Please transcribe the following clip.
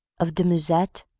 of de musset,